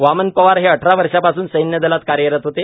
वामन पवार हे अठरा वर्षांपासून सैन्यदलात कार्यरत होते